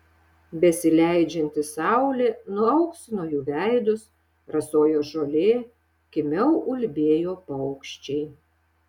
besileidžianti saulė nuauksino jų veidus rasojo žolė kimiau ulbėjo paukščiai